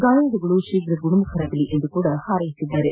ಗಾಯಳುಗಳು ಶೀಘ್ರ ಗುಣಮುಖರಾಗಲಿ ಎಂದು ಹಾರ್ಲೆಸಿದ್ದಾರೆ